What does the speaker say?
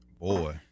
Boy